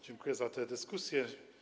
Dziękuję za tę dyskusję.